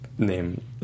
Name